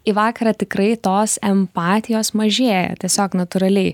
į vakarą tikrai tos empatijos mažėja tiesiog natūraliai